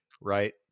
right